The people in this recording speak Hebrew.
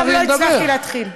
רגע, עכשיו לא הצלחתי להתחיל.